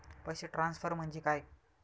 पैसे ट्रान्सफर म्हणजे काय?